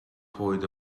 coed